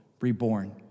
reborn